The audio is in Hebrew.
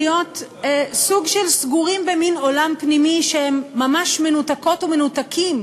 להיות סוג של סגורים במין עולם פנימי שהם ממש מנותקות ומנותקים